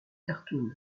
cartoon